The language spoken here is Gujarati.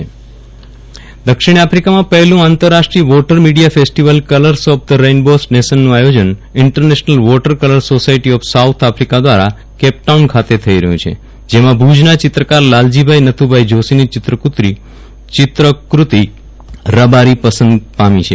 વિરલ રાણા ચિત્રકૃતિ રબારી પસંદગી દક્ષિણ આફ્રિકામાં પહેલું આંતરરાષ્ટ્રીય water media festival colours of the રેઇન્બોનેશનનું આયોજન international water colour society of south Africa દ્વારા કેપ્ટાઉન ખાતે થઇ રહ્યું છે જેમાં ભુજના ચિત્રકાર લાલજીભાઇ નથુભાઇ જોશીની ચિત્રકૃતિ ેરબારી પસંદગી પામી છે